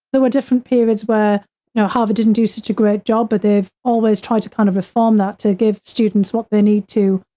there were different periods where, you know, harvard didn't do such a great job, but they've always tried to kind of reform that to give students what they need to,